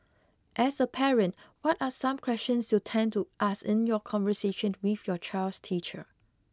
as a parent what are some questions you tend to ask in your conversation with your child's teacher